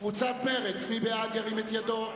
קבוצת הארבעה: מי בעד ההסתייגות, ירים את ידו.